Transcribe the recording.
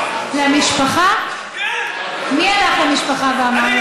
המשטרה ברוב המקרים